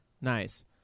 Nice